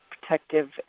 protective